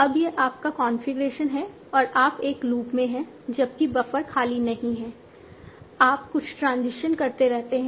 अब यह आपका कॉन्फ़िगरेशन है और आप एक लूप में हैं जबकि बफर खाली नहीं है आप कुछ ट्रांजिशन करते रहते हैं